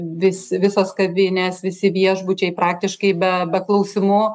vis visos kavinės visi viešbučiai praktiškai be be klausimų